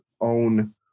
own